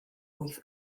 wyth